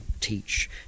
teach